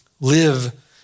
Live